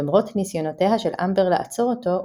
למרות ניסיונותיה של אמבר לעצור אותו,